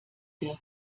der